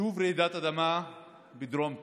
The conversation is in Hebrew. שוב רעידת אדמה בדרום טורקיה.